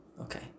okay